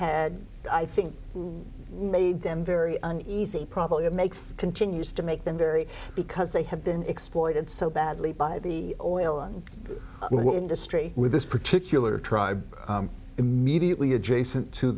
had i think made them very uneasy probably it makes continues to make them very because they have been exploited so badly by the oil and the industry with this particular tribe immediately adjacent to